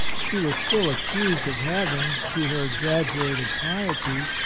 she was still accused of having, through her exag gerated piety,